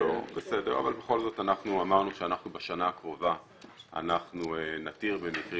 אבל בכל זאת אנחנו אמרנו שבשנה הקרובה אנחנו נתיר במקרים